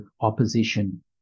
opposition